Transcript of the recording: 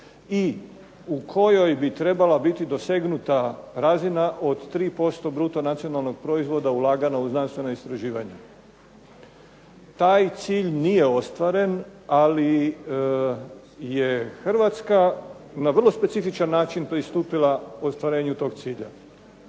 i u kojoj bi trebala biti dosegnuta razina od 3% bruto nacionalnog proizvoda ulaganog u znanstveno istraživanje. Taj cilj nije ostvaren, ali je Hrvatska na vrlo specifičan način pristupila ostvarenju tog cilja